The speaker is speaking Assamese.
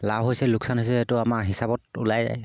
লাভ হৈছে লোকচান হৈছে সেইটো আমাৰ হিচাপত ওলাই যায়